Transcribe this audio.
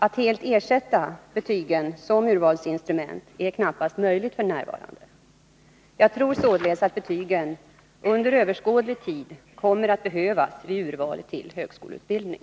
Att helt ersätta betygen som urvalsinstrument är knappast möjligt f. n. Jag tror således att betygen under överskådlig tid kommer att behövas vid urval till högskoleutbildning.